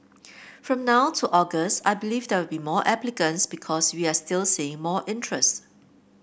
from now to August I believe there will be more applicants because we are still seeing more interest